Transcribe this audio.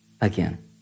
again